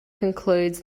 concludes